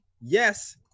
yes